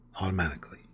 Automatically